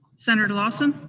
senator lawson?